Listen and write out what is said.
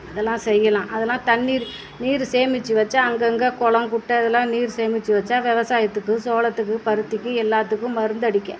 அதெல்லாம் செய்யலாம் அதெல்லாம் தண்ணீர் நீர் சேமித்து வெச்சு அங்கங்கே குளம் குட்டை இதெல்லாம் நீர் சேமித்து வெச்சால் விவசாயத்துக்கு சோளத்துக்கு பருத்திக்கு எல்லாத்துக்கும் மருந்து அடிக்க